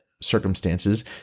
circumstances